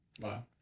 Wow